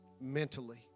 mentally